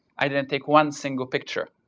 i did not take one single picture,